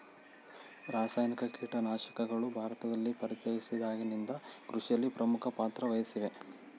ರಾಸಾಯನಿಕ ಕೇಟನಾಶಕಗಳು ಭಾರತದಲ್ಲಿ ಪರಿಚಯಿಸಿದಾಗಿನಿಂದ ಕೃಷಿಯಲ್ಲಿ ಪ್ರಮುಖ ಪಾತ್ರ ವಹಿಸಿವೆ